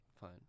Fine